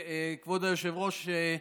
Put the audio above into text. כבוד היושב-ראש,